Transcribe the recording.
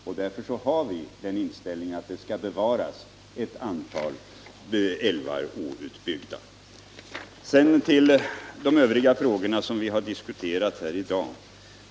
Vi har den inställningen att man skall bevara ett antal älvar outbyggda. Sedan till de övriga frågorna som vi har diskuterat här i dag.